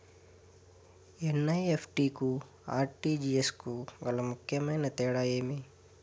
NEFT కు RTGS కు గల ముఖ్యమైన తేడా ఏమి?